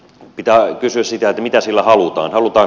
pitää kysyä sitä mitä sillä halutaan